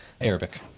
Arabic